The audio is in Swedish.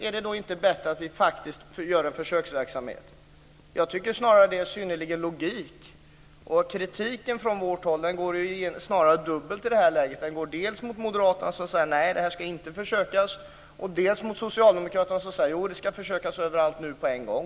Är det inte bättre med en försöksverksamhet? Det är logiskt. Kritiken från vårt håll är dubbel. Den går dels till moderaterna som säger att det inte ska vara försök, dels till socialdemokraterna som vill försöka överallt på en gång.